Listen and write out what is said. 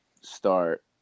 start